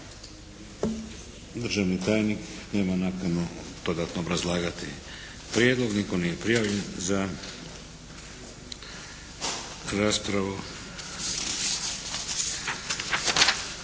Državni tajnik nema nakanu dodatno obrazlagati prijedlog. Nitko nije prijavljen za raspravu.